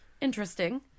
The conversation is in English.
interesting